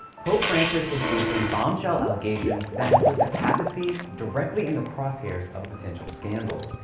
pope francis is facing bombshell allegations that have put the papacy directly in the crosshairs of a potential scandal.